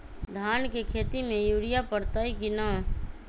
धान के खेती में यूरिया परतइ कि न?